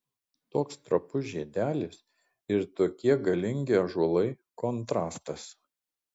toks trapus žiedelis ir tokie galingi ąžuolai kontrastas